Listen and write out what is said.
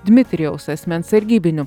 dmitrijaus asmens sargybiniu